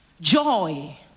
joy